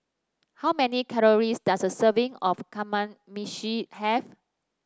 how many calories does a serving of Kamameshi have